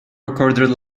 recorded